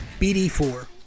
BD4